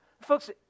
Folks